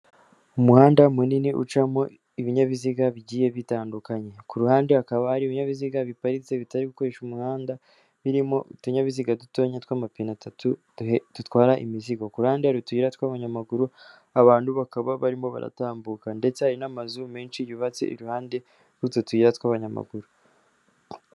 Umuhanda munini ucamo ibinyabiziga bigiye bigiye bitandukanye. Ku ruhande hakaba hari ibinyabiziga biparitse bitari gukoresha umuhanda, birimo utunyabiziga dutoya tw'amapine atatu, dutwara imizigo. Ku ruhande hari utuyira tw'abanyamaguru, abantu bakaba barimo baratambuka. Ndetse hari n'amazu menshi yubatse iruhande rw'utwo tuyira tw'abanyamaguru.